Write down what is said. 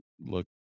look